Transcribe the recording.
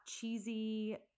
cheesy